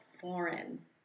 foreign